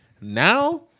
Now